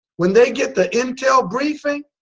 when they get the intel briefing